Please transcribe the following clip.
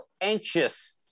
anxious